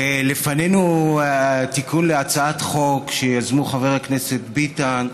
לפנינו תיקון להצעת חוק שיזמנו חבר הכנסת ביטן,